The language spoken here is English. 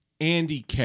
Andy